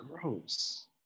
gross